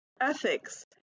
ethics